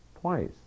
twice